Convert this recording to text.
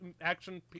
action